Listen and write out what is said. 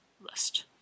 list